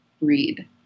read